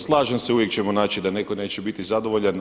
Slažem se uvijek ćemo naći da neko neće biti zadovoljan.